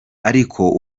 ariko